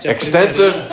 Extensive